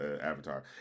Avatar